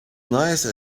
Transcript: nice